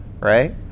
right